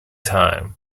time